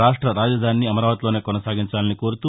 రాష్ట రాజధానిని అమరావతిలోనే కొనసాగించాలని కోరుతూ